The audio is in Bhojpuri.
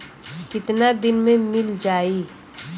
कितना दिन में मील जाई?